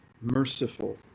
merciful